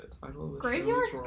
Graveyards